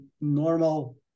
normal